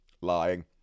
Lying